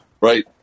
Right